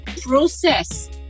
process